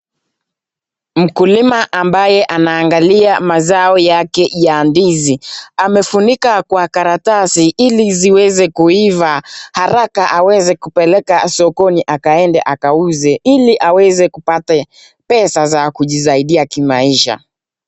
Mkulima ambaye anaangalia mazao yake ya ndizi, amefunika kwa karatasi ili ziweze kuiva haraka amweze kupeleka sokoni akaenda akauze ili aweze kupata pesa za kujisaidia kimaisha.